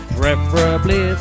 preferably